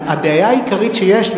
הבעיה העיקרית שיש,